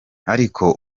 ariko